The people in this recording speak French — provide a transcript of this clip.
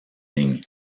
ligne